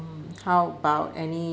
mm how about any